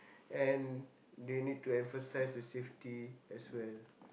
and they need to emphasize the safety as well